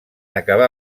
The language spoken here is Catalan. acabar